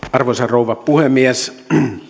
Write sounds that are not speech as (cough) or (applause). (unintelligible) arvoisa rouva puhemies